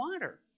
water